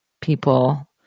people